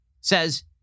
says